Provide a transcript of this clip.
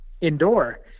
indoor